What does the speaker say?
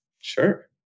Sure